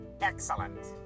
Excellent